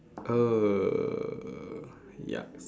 ugh yuck